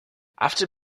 after